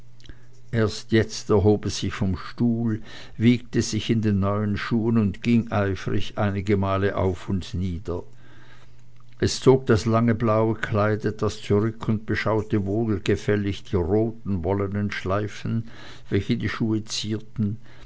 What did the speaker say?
erst jetzt erhob es sich vom stuhl wiegte sich in den neuen schuhen und ging eifrig einigemal auf und nieder es zog das lange blaue kleid etwas zurück und beschaute wohlgefällig die roten wollenen schleifen welche die schuhe zierten